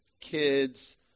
kids